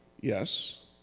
Yes